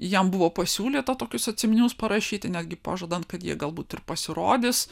jam buvo pasiūlyta tokius atsiminimus parašyti netgi pažadant kad jie galbūt ir pasirodys